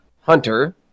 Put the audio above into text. Hunter